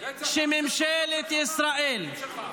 רצח עם,